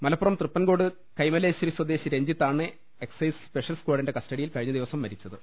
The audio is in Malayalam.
മലപ്പുറം തൃപ്പൻകോട് കൈമലേശ്വരി സ്വദേശി രഞ്ജി ത്താണ് എക്സൈസ് സ്പെഷ്യൽ സ്കാഡിന്റെ കസ്റ്റഡിയിൽ കഴിഞ്ഞ ദിവസം മരിച്ചത്